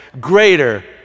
greater